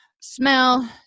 smell